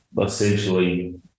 essentially